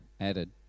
added